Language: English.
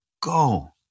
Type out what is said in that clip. go